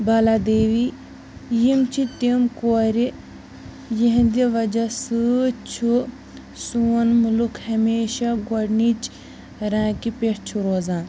بالا دیوی یم چھِ تم کورِ یہندِ وجہٕ سۭتۍ چھُ سون مُلُک ہمیشہٕ گۄڈٕنِچ رینکہِ پیٹھ چھُ روزان